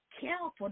careful